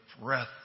breath